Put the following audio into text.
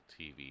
TV